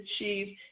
achieve